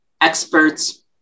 experts